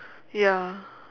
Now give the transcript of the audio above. ya